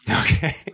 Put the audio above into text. Okay